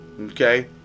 Okay